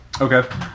Okay